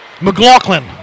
McLaughlin